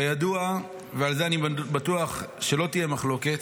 כידוע, ועל זה אני בטוח שלא תהיה מחלוקת,